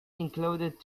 included